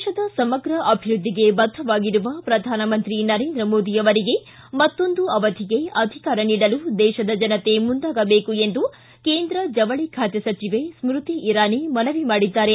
ದೇಶದ ಸಮಗ್ರ ಆಭಿವೃದ್ಧಿಗೆ ಬದ್ದರಾಗಿರುವ ಪ್ರಧಾನಮಂತ್ರಿ ನರೇಂದ್ರ ಮೋದಿ ಅವರಿಗೆ ಮತ್ತೊಂದು ಅವಧಿಗೆ ಅಧಿಕಾರ ನೀಡಲು ದೇಶದ ಜನತೆ ಮುಂದಾಗಬೇಕು ಎಂದು ಕೇಂದ್ರ ಜವಳಿ ಖಾತೆ ಸಚಿವೆ ಸ್ಕೃತಿ ಈರಾನಿ ಮನವಿ ಮಾಡಿದ್ದಾರೆ